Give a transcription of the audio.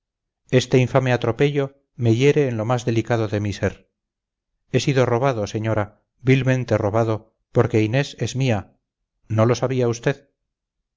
este infame atropello me hiere en lo más delicado de mi ser he sido robado señora vilmente robado porque inés es mía no lo sabía usted